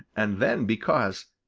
and then because,